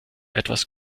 etwas